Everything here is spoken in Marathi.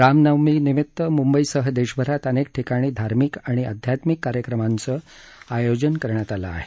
रामनवमीनिमित्त मुंबईसह देशभरात अनेक ठिकणी धार्मिक आणि अध्यात्मिक कार्यक्रमाचं आयोजन करण्यात आल आहे